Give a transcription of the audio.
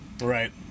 Right